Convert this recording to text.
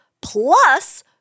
plus